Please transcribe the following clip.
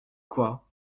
quoi